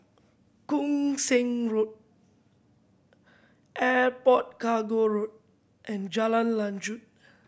Koon Seng Road Airport Cargo Road and Jalan Lanjut